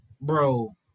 bro